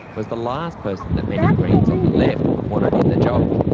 was the last person that many greens on the left wanted in the job.